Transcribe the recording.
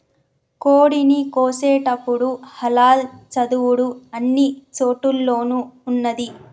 కోడిని కోసేటపుడు హలాల్ చదువుడు అన్ని చోటుల్లోనూ ఉన్నాది